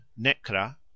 Nekra